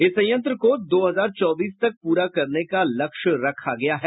इस संयंत्र को दो हजार चौबीस तक पूरा करने का लक्ष्य रखा गया है